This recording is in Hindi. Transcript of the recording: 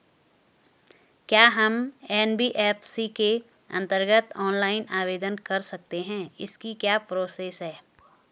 क्या हम एन.बी.एफ.सी के अन्तर्गत ऑनलाइन आवेदन कर सकते हैं इसकी क्या प्रोसेस है?